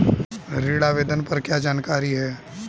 ऋण आवेदन पर क्या जानकारी है?